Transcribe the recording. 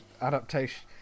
adaptation